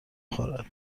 خورد